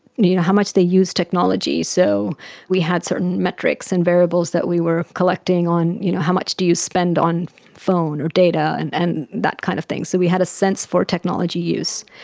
you know how much they use technology. so we had certain metrics and variables that we were collecting on you know how much do you spend on phone or data and and that kind of thing, so we had a sense for technology use.